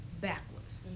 backwards